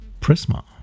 Prisma